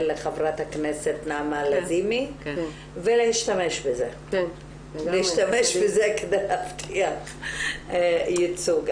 לח"כ נעמה לזימי ולהשתמש בזה כדי להבטיח ייצוג.